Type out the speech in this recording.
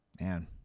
man